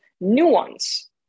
nuance